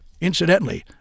Incidentally